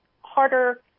harder